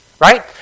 Right